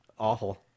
Awful